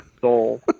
Soul